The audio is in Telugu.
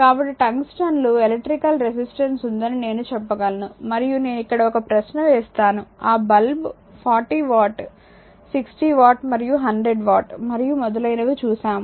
కాబట్టి టంగ్స్టన్కు ఎలక్ట్రికల్ రెసిస్టెన్స్ ఉందని నేను చెప్పగలను మరియు నేను ఇక్కడ ఒక ప్రశ్న వేస్తాను ఆ బల్బ్ 40 వాట్ 60 వాట్ మరియు 100 వాట్ మరియు మొదలైనవి చూశాము